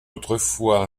autrefois